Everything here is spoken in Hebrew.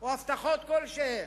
או הבטחות כלשהן,